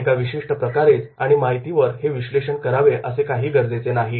आपण एका विशिष्ट प्रकारेच आणि माहितीवर हे विश्लेषण करावे असे काही गरजेचे नाही